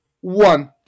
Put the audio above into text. One